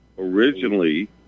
originally